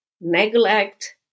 neglect